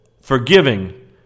forgiving